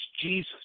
Jesus